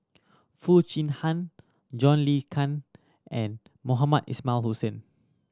Foo Chee Han John Le Cain and Mohamed Ismail Hussain